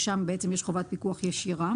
כאשר שם בעצם יש חובת פיקוח ישירה.